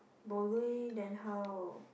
bo lui then how